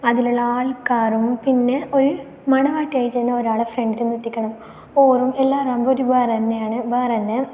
അതിലുള്ള ആൾക്കാറും പിന്നെ ഒരു മണവാട്ടി ആയിട്ട് തന്നെ ഒരാൾ ഫ്രണ്ടിൽ നിർത്തിക്കണം ഓറും എല്ലാറാമ്പൊ ഒരു വേറെ തന്നെയാണ് വേറെ തന്നെ